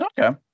okay